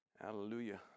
Hallelujah